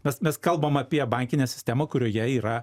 mes mes kalbam apie bankinę sistemą kurioje yra